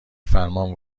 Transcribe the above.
فرمان